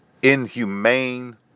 inhumane